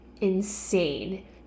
insane